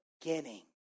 beginning